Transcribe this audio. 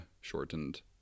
shortened